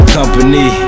company